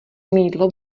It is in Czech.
mýdlo